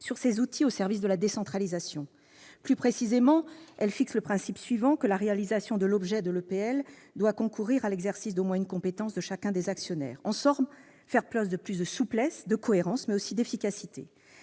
ces outils au service de la décentralisation. Plus précisément, elle fixe le principe suivant : la réalisation de l'objet de l'EPL doit « concourir à l'exercice d'au moins une compétence de chacun des actionnaires ». En somme, il s'agit de faire preuve de souplesse, de cohérence, mais aussi d'efficacité.